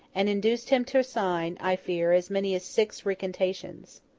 and induced him to sign, i fear, as many as six recantations.